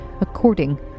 according